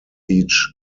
each